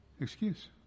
excuse